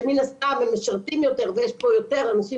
שמן הסתם הם משרתים יותר ויש פה יותר אנשים